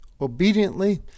obediently